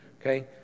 Okay